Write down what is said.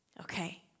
Okay